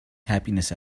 happiness